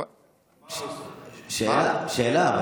שאלה,